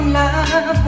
love